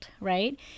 right